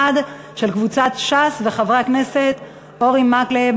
של קבוצת ש"ס וחברי הכנסת אורי מקלב,